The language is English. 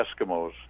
Eskimos